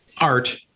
art